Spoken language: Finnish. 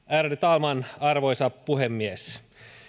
ärade talman arvoisa puhemies